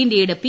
ഇന്ത്യയുടെ പി